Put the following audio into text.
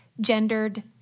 gendered